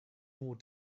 more